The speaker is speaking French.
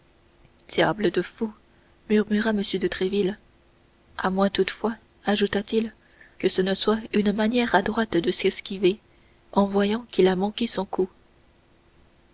diable de fou murmura m de tréville à moins toutefois ajoutat il que ce ne soit une manière adroite de s'esquiver en voyant qu'il a manqué son coup